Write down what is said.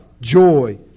joy